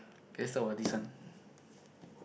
best about this one